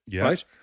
right